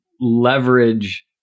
leverage